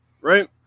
right